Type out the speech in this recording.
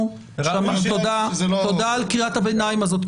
תודה על קריאת הביניים הזאת.